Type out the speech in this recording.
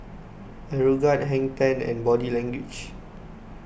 Aeroguard Hang ten and Body Language